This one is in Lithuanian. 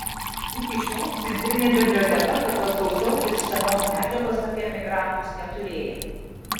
iki šiol centrinė biblioteka tokios gausios ir išsamios medžiagos apie emigrantus neturėjo